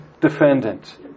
defendant